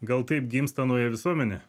gal taip gimsta nauja visuomenė